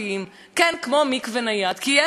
כי יש פתרונות קיימים.